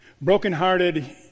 Brokenhearted